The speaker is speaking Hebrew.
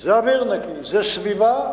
זה אוויר נקי, זה סביבה,